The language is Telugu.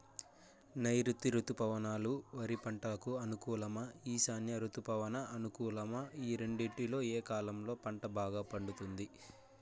నైరుతి రుతుపవనాలు వరి పంటకు అనుకూలమా ఈశాన్య రుతుపవన అనుకూలమా ఈ రెండింటిలో ఏ కాలంలో పంట బాగా పండుతుంది?